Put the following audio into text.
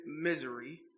misery